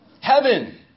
heaven